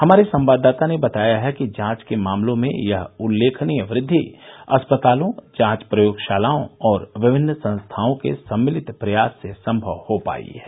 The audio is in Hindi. हमारे संवाददाता ने बताया है कि जांच के मामलों में यह उल्लेखनीय वृद्धि अस्पतालों जांच प्रयोगशालाओं और विभिन्न संस्थाओं के सम्मिलित प्रयास से संभव हो पाई है